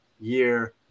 year